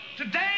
Today